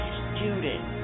student